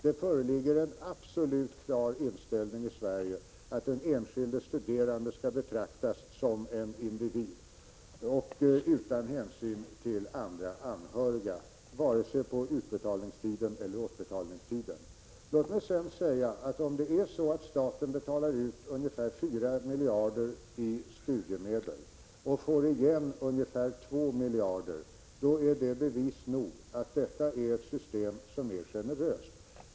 Det föreligger en absolut klar inställning i Sverige, att den enskilde studerande skall betraktas som en individ, utan hänsyn till anhöriga, vare sig under utbildningstiden eller under återbetalningstiden. Låt mig sedan säga att om staten betalar ut ungefär 4 miljarder i studiemedel och får igen ungefär 2 miljarder, då är det bevis nog att detta är ett system som är generöst.